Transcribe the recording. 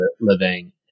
living